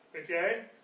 Okay